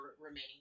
remaining